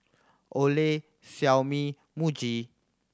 Olay Xiaomi Muji